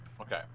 Okay